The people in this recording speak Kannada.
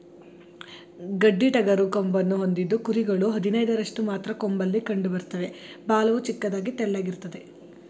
ಗಡ್ಡಿಟಗರು ಕೊಂಬನ್ನು ಹೊಂದಿದ್ದು ಕುರಿಗಳು ಹದಿನೈದರಷ್ಟು ಮಾತ್ರ ಕೊಂಬಲ್ಲಿ ಕಂಡುಬರ್ತವೆ ಬಾಲವು ಚಿಕ್ಕದಾಗಿ ತೆಳ್ಳಗಿರ್ತದೆ